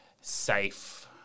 safe